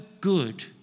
good